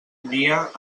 nia